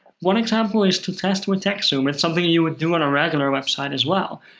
one example is to test with text zoom. it's something you would do on a regular website as well,